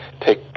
take